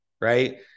right